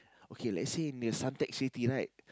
okay let's say in the Suntec-City right